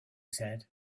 said